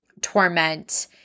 torment